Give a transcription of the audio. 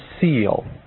seal